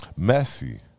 Messi